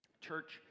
Church